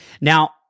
now